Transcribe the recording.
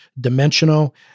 dimensional